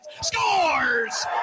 Scores